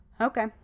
Okay